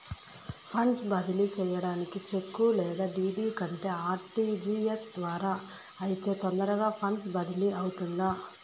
funds బదిలీ సేయడానికి cheque లేదా డీ.డీ కంటే ఆర్.టి.జి.ఎస్ ద్వారా అయితే తొందరగా ఫండ్స్ బదిలీ అవుతుందా